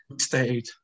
stayed